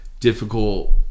Difficult